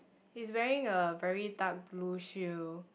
he's wearing a very dark blue shoe